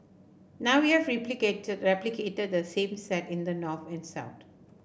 now we have replicated replicated the same set in the north and south